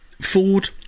Ford